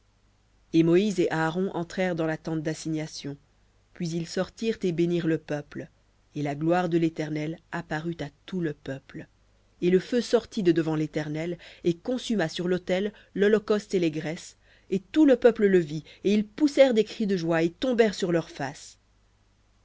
et moïse et aaron entrèrent dans la tente d'assignation puis ils sortirent et bénirent le peuple et la gloire de l'éternel apparut à tout le peuple et le feu sortit de devant l'éternel et consuma sur l'autel l'holocauste et les graisses et tout le peuple le vit et ils poussèrent des cris de joie et tombèrent sur leurs faces